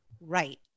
Right